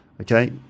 Okay